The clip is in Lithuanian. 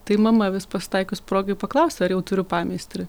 tai mama vis pasitaikius progai paklausia ar jau turiu pameistrį